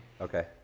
Okay